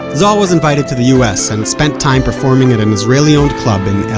zohar was invited to the us, and spent time performing at an israeli-owned club in ah